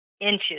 inches